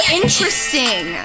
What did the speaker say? interesting